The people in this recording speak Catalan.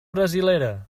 brasilera